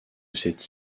cet